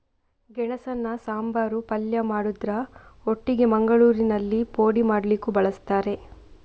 ಗೆಣಸನ್ನ ಸಾಂಬಾರು, ಪಲ್ಯ ಮಾಡುದ್ರ ಒಟ್ಟಿಗೆ ಮಂಗಳೂರಿನಲ್ಲಿ ಪೋಡಿ ಮಾಡ್ಲಿಕ್ಕೂ ಬಳಸ್ತಾರೆ